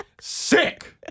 Sick